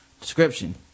description